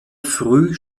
früh